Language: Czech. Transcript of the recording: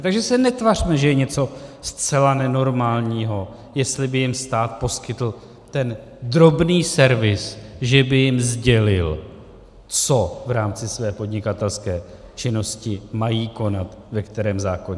Takže se netvařme, že je něco zcela nenormálního, jestli by jim stát poskytl ten drobný servis, že by jim sdělil, co v rámci své podnikatelské činnosti mají konat, ve kterém zákoně.